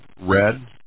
red